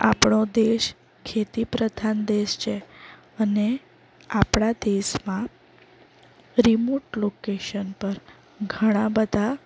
આપણો દેશ ખેતી પ્રધાન દેશ છે અને આપણા દેશમાં રિમોટ લોકેશન પર ઘણા બધા